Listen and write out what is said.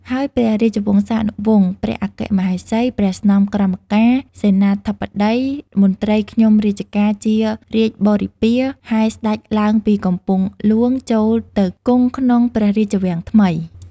ហើយព្រះរាជវង្សានុវង្ស ព្រះអគ្គមហេសី ព្រះស្នំក្រមការ សេនាបតី មន្ត្រីខ្ញុំរាជការជារាជបរិពារ ហែស្ដេចឡើងពីកំពង់ហ្លួងចូលទៅគង់ក្នុងព្រះរាជវាំងថ្មី